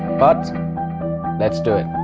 but let's do it!